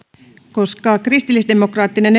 koska myöskin kristillisdemokraattisella